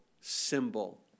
symbol